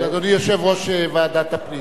אבל, אדוני יושב-ראש ועדת הפנים,